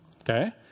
Okay